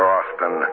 Austin